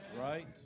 right